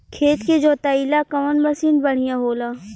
खेत के जोतईला कवन मसीन बढ़ियां होला?